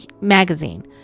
magazine